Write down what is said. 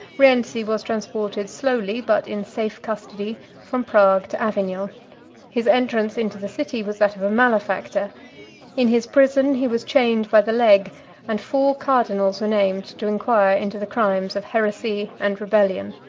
rienzi was transported slowly, but in safe custody, from prague to avignon his entrance into the city was that of a malefactor in his prison he was chained by the leg and four cardinals were named to inquire into the crimes of heresy and rebellion.